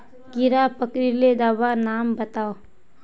कीड़ा पकरिले दाबा नाम बाताउ?